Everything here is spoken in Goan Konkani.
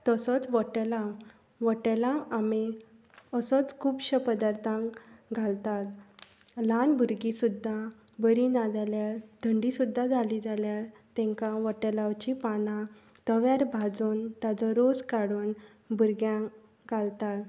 तसोच वट्टेलांव वट्टेलांव आमी असोच खुबश्या प्रदार्थांत घालतात ल्हान भुरगीं सुद्दां बरीं ना जाल्यार थंडी सुद्दां जाली जाल्यार तांकां वट्टेलांवांचीं पानां तव्यार भाजून तांचो रोस काडून भुरग्यांक घालतात